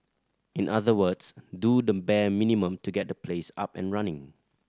in other words do the bare minimum to get the place up and running